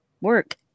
Work